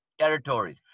territories